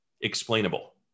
explainable